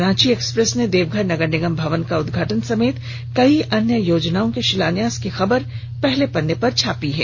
Ranchi express ने देवघर नगर निगम भवन का उदघाटन समेत कई अन्य योजनाओं के शिलान्यास किए जाने की खबर को पहले पन्ने पर जगह दी है